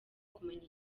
kumenya